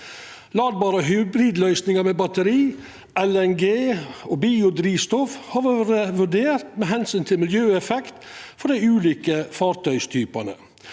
Ladbare hybridløysingar med batteri, LNG og biodrivstoff har vorte vurderte med omsyn til miljøeffekt for dei ulike fartøytypane.